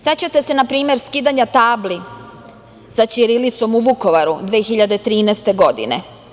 Sećate se, na primer, skidanja tabli sa ćirilicom u Vukovaru 2013. godine?